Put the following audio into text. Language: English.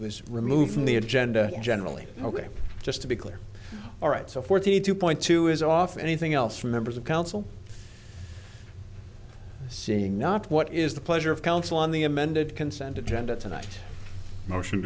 was removed from the agenda generally ok just to be clear all right so forty two point two is off anything else for members of council seeing not what is the pleasure of council on the amended consent agenda tonight motion